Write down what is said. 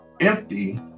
empty